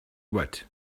wet